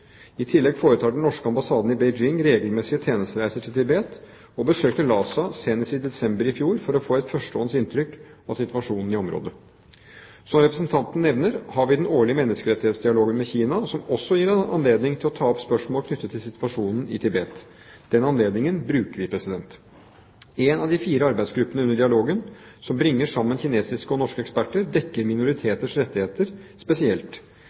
I tillegg foretar den norske ambassaden i Beijing regelmessige tjenestereiser til Tibet, og besøkte Lhasa senest i desember i fjor for å få et førstehånds inntrykk av situasjonen i området. Som representanten nevner, har vi den årlige menneskerettighetsdialogen med Kina, som også gir en anledning til å ta opp spørsmål knyttet til situasjonen i Tibet. Den anledningen bruker vi. En av de fire arbeidsgruppene under dialogen, som bringer sammen kinesiske og norske eksperter, dekker minoriteters rettigheter spesielt.